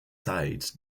side